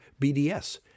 BDS